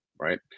right